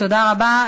תודה רבה.